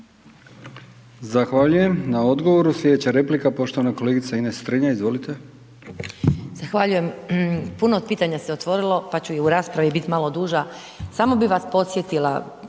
Zahvaljujem na odgovoru. Slijedeća replika poštovane kolegice Ines Strenja, izvolite. **Strenja, Ines (MOST)** Zahvaljujem. Puno pitanja se otvorilo, pa ću i u raspravi bit malo duža. Samo bi vas podsjetila,